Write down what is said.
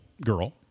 girl